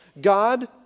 God